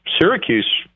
Syracuse